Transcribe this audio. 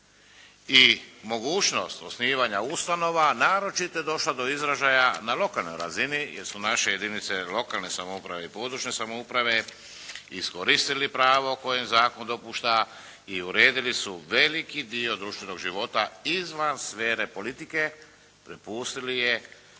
I mogućnost osnivanja ustanova naročito je došla do izražaja na lokalnoj razini jer su naše jedinice lokalne samouprave i područne samouprave iskoristili pravo koje zakon dopušta i uredili su veliki dio društvenog života izvan sfere politike, prepustili je